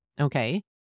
Okay